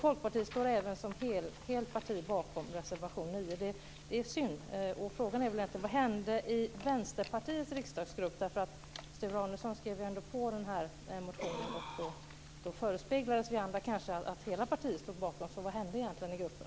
Folkpartiet står även som helt parti bakom reservation 9. Det här är synd. Frågan är egentligen: Vad hände i Vänsterpartiets riksdagsgrupp? Sture Arnesson skrev ju ändå på den här motionen, och då förespeglades kanske vi andra att hela partiet stod bakom. Vad hände egentligen i gruppen?